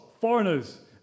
foreigners